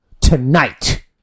tonight